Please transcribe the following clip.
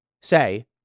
say